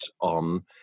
on